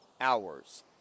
hours